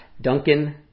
Duncan